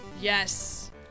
Yes